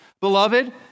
Beloved